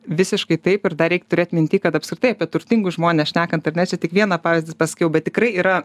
visiškai taip ir dar reik turėti minty kad apskritai apie turtingus žmones šnekant ar ne čia tik vieną pavyzdį paskiau bet tikrai yra